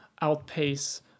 outpace